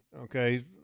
okay